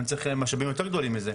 צריך משאבים יותר גדולים לזה,